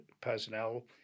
personnel